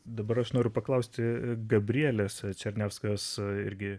dabar aš noriu paklausti gabrielės černiauskas irgi